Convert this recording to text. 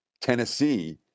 Tennessee